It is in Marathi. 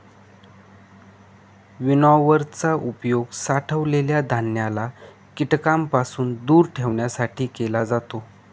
विनॉवर चा उपयोग साठवलेल्या धान्याला कीटकांपासून दूर ठेवण्यासाठी केला जातो